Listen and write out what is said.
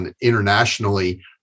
internationally